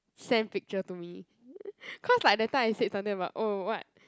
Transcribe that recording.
send picture to me cause like that time I said something about oh what